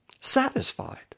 Satisfied